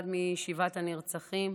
אחד משבעת הנרצחים,